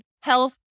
health